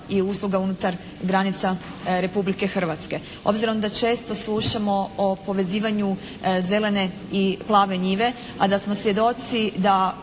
i usluga unutar granica Republike Hrvatske. Obzirom da često slušamo o povezivanju zelene i plave njive, a da smo svjedoci da